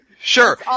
sure